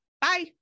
bye